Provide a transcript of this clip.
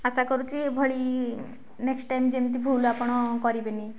ଆଶା କରୁଛି ଏଭଳି next time ଯେମିତି ଭୁଲ ଆପଣ କରିବେନି